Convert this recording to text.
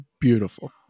beautiful